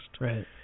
Right